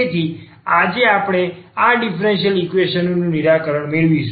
તેથી આજે આપણે આ ડીફરન્સીયલ ઈક્વેશન નું નિરાકરણ મેળવીશું